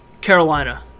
Carolina